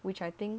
which I think